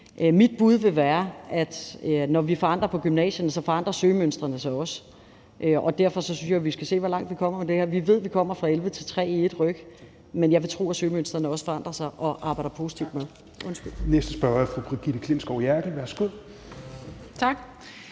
Mit bud vil være, at når vi forandrer på gymnasierne, så forandrer søgemønstrene sig også, og derfor synes jeg jo, vi skal se, hvor langt vi kommer med det her. Vi ved, at vi kommer fra 11 til 3 i ét ryk, men jeg vil tro, at søgemønstrene også forandrer sig og arbejder positivt med. Kl. 10:36 Fjerde næstformand (Rasmus Helveg Petersen): Den